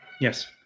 Yes